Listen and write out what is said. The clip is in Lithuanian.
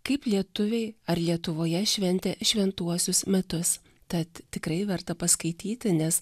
kaip lietuviai ar lietuvoje šventė šventuosius metus tad tikrai verta paskaityti nes